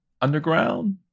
underground